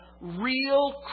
real